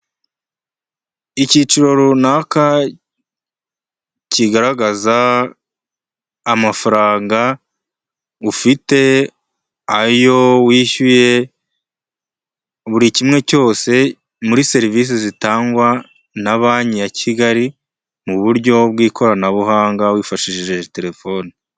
Icyiciro runaka kigaragaza amafaranga ufite, ayo wishyuye, buri kimwe cyose, muri serivisi zitangwa na banki ya Kigali mu buryo bw'ikoranabuhanga, wifashishije telefone.